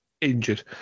injured